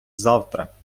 завтра